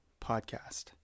Podcast